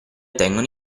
tengono